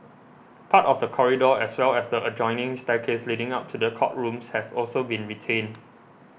part of the corridor as well as the adjoining staircase leading up to the courtrooms have also been retained